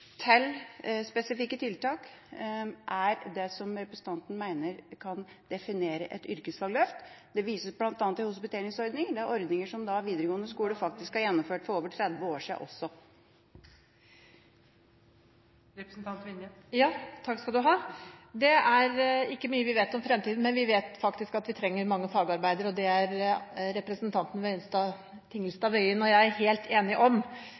til spesifikke tiltak kan defineres som et yrkesfagløft? Det vises bl.a. til en hospiteringsordning. Det er ordninger som den videregående skolen faktisk gjennomførte også for over 30 år siden. Vi vet ikke mye om fremtiden, men vi vet at vi kommer til å trenge mange fagarbeidere, og det er representanten Tingelstad Wøien og jeg helt enige om. Jeg er